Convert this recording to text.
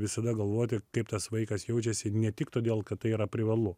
visada galvoti kaip tas vaikas jaučiasi ne tik todėl kad tai yra privalu